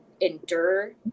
endure